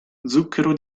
zucchero